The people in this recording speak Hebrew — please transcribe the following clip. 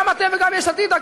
גם אתם וגם יש עתיד,